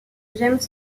james